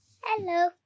Hello